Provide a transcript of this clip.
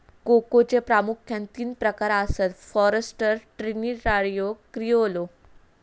कोकोचे प्रामुख्यान तीन प्रकार आसत, फॉरस्टर, ट्रिनिटारियो, क्रिओलो